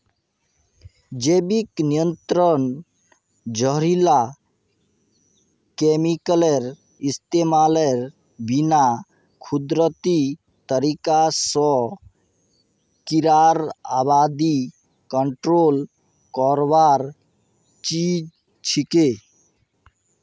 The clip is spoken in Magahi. जैविक नियंत्रण जहरीला केमिकलेर इस्तमालेर बिना कुदरती तरीका स कीड़ार आबादी कंट्रोल करवार चीज छिके